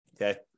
Okay